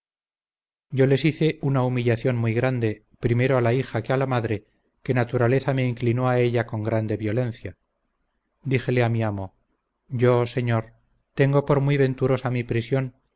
yo les hice una humillación muy grande primero a la hija que a la madre que naturaleza me inclinó a ella con grande violencia díjele a mi amo yo señor tengo por muy venturosa mi prisión